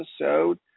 episode